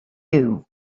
you